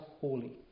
holy